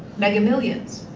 mega millions,